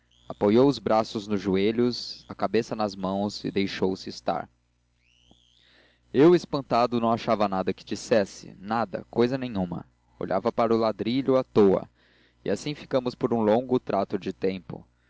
apoiou os braços nos joelhos a cabeça nas mãos e deixou-se estar eu espantado não achava nada que dissesse nada cousa nenhuma olhava para ladrilho à toa e assim ficamos por um longo trato de tempo